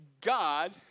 God